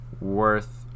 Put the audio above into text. worth